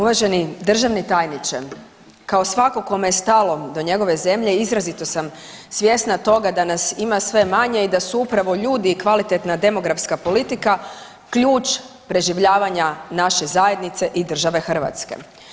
Uvaženi državni tajniče, kao svatko kome je stalo do njegove zemlje, izrazito sam svjesna toga da nas ima sve manje i da su upravo ljudi kvalitetna demografska politika ključ preživljavanja naše zajednice i države Hrvatske.